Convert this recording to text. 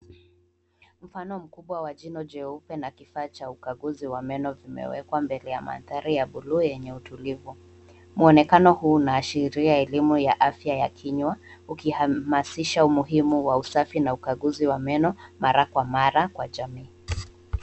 Mfano mkubwa wa jino jeupe na kifaa cha ukaguzi wa meno vimewekwa mbele ya mandhari ya bluu yenye utulivu. Mwonekano huu unaashiria elimu ya afya ya kinywa ukihamasisha umuhimu wa usafi na ukaguzi wa meno mara kwa mara kwa jamii.